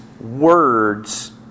words